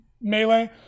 melee